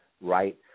Right